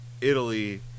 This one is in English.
Italy